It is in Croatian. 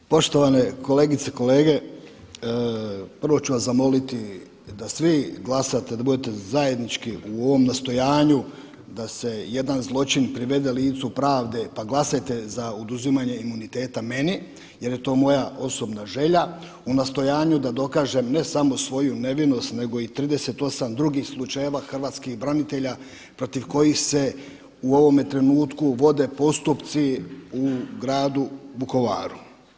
Poštovane kolegice i kolege, prvo ću vas zamoliti da svi glasate, da budete zajednički u ovom nastojanju da se jedan zločin privede licu pravde, pa glasajte za oduzimanje imuniteta meni jer je to moja osobna želja u nastojanju da dokažem ne samo svoju nevinost, nego i 38 drugih slučajeva hrvatskih branitelja protiv kojih se u ovome trenutku vode postupci u gradu Vukovaru.